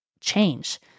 change